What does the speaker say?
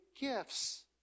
gifts